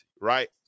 right